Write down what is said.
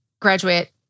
Graduate